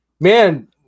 man